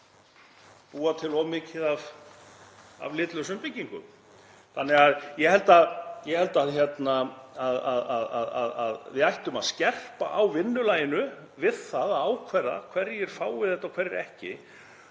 búa til of mikið af litlausum byggingum. Þannig að ég held að við ættum að skerpa á vinnulaginu við að ákveða hverjir fái þetta og hverjir ekki.